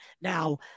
Now